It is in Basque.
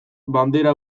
bandera